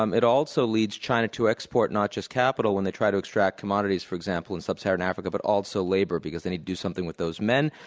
um it also leads china to export not just capital when they try to extract commodities for example in sub-saharan africa, but also labor because they need to do something with those men.